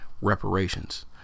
reparations